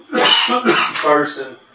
person